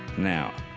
now,